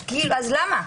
למה?